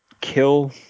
kill